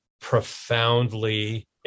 profoundly